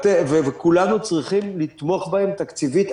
וכולנו צריכים לתמוך בהם תקציבית.